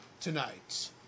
tonight